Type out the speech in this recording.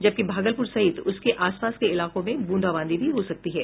जबकि भागलप्रर सहित उसके आसपास के इलाकों में ब्रंदाबांदी भी हो सकती है